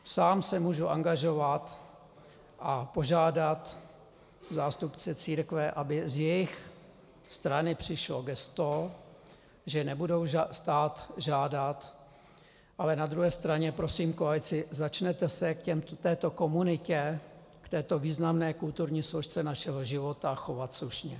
Sám se můžu angažovat a požádat zástupce církve, aby z jejich strany přišlo gesto, že nebudou stát žádat, ale na druhé straně prosím koalici: začněte se k této komunitě, k této významné kulturní složce našeho života chovat slušně.